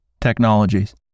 technologies